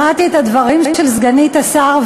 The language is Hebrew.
שמעתי את הדברים של סגנית השר,